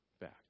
back